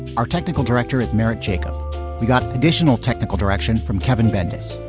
our technical director at merritt jacob. we've got additional technical direction from kevin bendis.